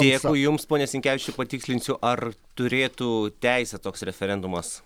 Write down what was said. dėkui jums pone sinkevičiau patikslinsiu ar turėtų teisę toks referendumas